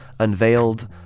Unveiled